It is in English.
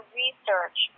research